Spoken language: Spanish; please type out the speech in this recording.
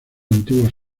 antiguos